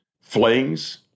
flings